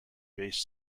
based